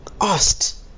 asked